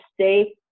stay